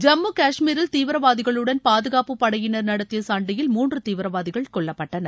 ஜம்மு காஷ்மீரில் தீவிரவாதிகளுடன் பாதுகாப்புப் படையினர் நடத்திய சண்டையில் மூன்று தீவிரவாதிகள் கொல்லப்பட்டனர்